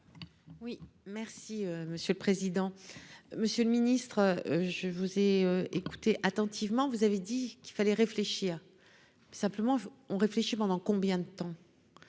Oui merci monsieur le président, monsieur le ministre, je vous ai écouté attentivement, vous avez dit qu'il fallait réfléchir simplement on réfléchit pendant combien de temps